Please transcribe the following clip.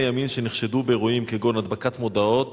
ימין שנחשדו באירועים כגון הדבקת מודעות